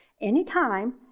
anytime